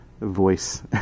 voice